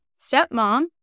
stepmom